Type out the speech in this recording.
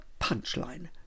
punchline